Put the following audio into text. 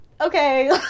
okay